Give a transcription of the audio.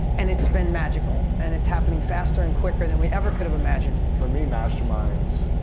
and it's been magical. and it's happening faster and quicker than we ever could have imagined. for me, masterminds,